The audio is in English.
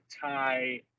tie